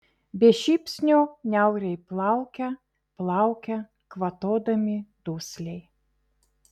be šypsnio niauriai plaukia plaukia kvatodami dusliai